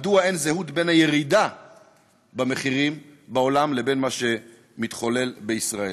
מדוע אין זהות בין הירידה במחירים בעולם לבין מה שמתחולל בישראל?